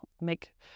make